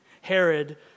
Herod